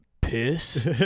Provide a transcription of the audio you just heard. piss